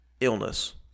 illness